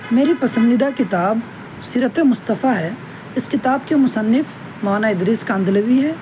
میری پسندیدہ کتاب سیرت مصطفیٰ ہے اس کتاب کے مصنف مولانا ادریس کاندھلوی ہیں